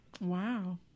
Wow